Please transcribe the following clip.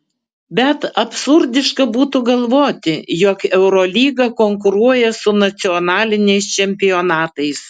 bet absurdiška būtų galvoti jog eurolyga konkuruoja su nacionaliniais čempionatais